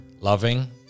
loving